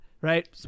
right